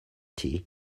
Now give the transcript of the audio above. tea